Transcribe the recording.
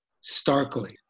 starkly